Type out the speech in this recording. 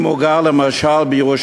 אם הוא גר למשל בירושלים,